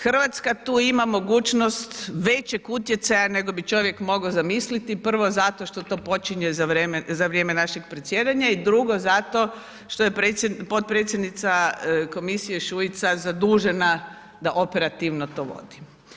Hrvatska tu ima mogućnost većeg utjecaja nego bi čovjek mogao zamisliti, prvo zato što to počinje za vrijeme našeg predsjedanja i drugo, zato što je potpredsjednica komisije Šuica, zadužena za operativno to vodi.